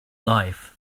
life